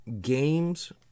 games